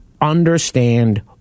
understand